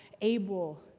able